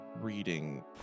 reading